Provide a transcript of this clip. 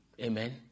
amen